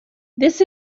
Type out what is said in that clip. this